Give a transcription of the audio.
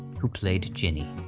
who played ginny.